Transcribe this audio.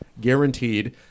guaranteed